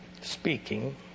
Speaking